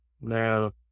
Now